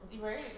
Right